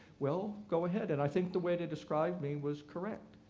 well, go ahead, and i think the way they described me was correct,